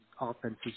offenses